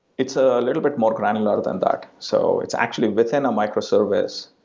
it's a little bit more granular than that. so it's actually within a micro-service.